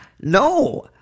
no